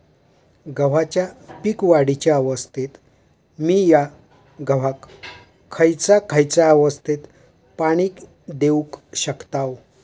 गव्हाच्या पीक वाढीच्या अवस्थेत मिया गव्हाक खैयचा खैयचा अवस्थेत पाणी देउक शकताव?